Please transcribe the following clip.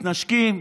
מתנשקים,